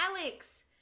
alex